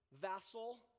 vassal